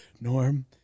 Norm